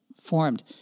formed